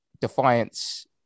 defiance